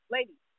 Ladies